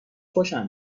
خوشم